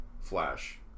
Flash